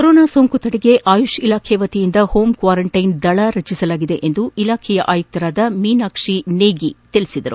corona ಸೋಂಕು ತಡೆಗೆ ಆಯುಷ್ ಇಲಾಖೆ ವತಿಯಿಂದ ಹೋಂ ಕ್ವಾರಂಟ್ಟೆನ್ ದಳ ರಚನೆ ಮಾಡಲಾಗಿದೆ ಎಂದು ಇಲಾಖೆ ಆಯುಕ್ತೆ ಮೀನಾಕ್ಷಿ ನೇಹಿ ತಿಳಿಸಿದ್ದಾರೆ